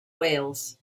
wales